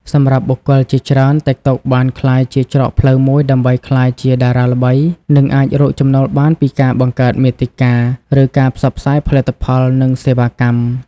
សម្រាប់បុគ្គលជាច្រើន ទីកតុកបានក្លាយជាច្រកផ្លូវមួយដើម្បីក្លាយជាតារាល្បី និងអាចរកចំណូលបានពីការបង្កើតមាតិកា ឬការផ្សព្វផ្សាយផលិតផល និងសេវាកម្ម។